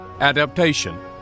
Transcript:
adaptation